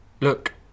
look